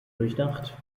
durchdacht